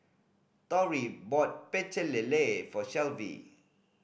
Torrie bought Pecel Lele for Shelvie